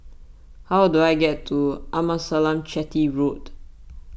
how do I get to Amasalam Chetty Road